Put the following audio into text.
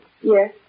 Yes